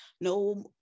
no